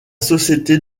société